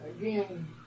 again